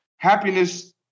Happiness